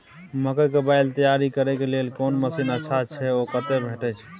मकई के बाईल तैयारी करे के लेल कोन मसीन अच्छा छै ओ कतय भेटय छै